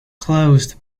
closed